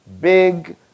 big